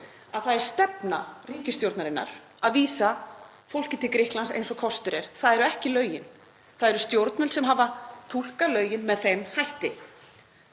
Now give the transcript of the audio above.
að það er stefna ríkisstjórnarinnar að vísa fólki til Grikklands eins og kostur er. Það eru ekki lögin. Það eru stjórnvöld sem hafa túlkað lögin með þeim hætti.